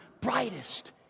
brightest